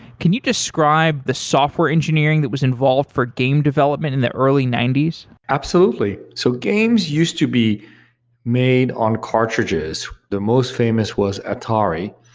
can you describe the software engineering that was involved for game development in the early ninety s? absolutely. so games used to be made on cartridges, the most famous was atari.